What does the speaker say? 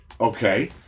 Okay